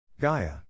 Gaia